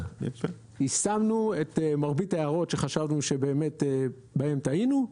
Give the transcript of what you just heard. יישמנו את מרבית ההערות שחשבנו שבאמת בהן טעינו.